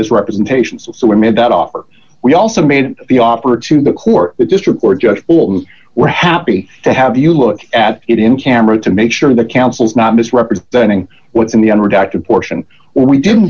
misrepresentations of so we made that offer we also made the offer to the court the district court judge who we're happy to have you look at it in camera to make sure the council is not misrepresenting what's in the unredacted portion where we d